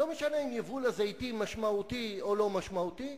לא משנה אם יבול הזיתים משמעותי או לא משמעותי,